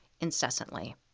incessantly